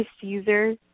Caesar